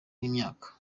n’imyaka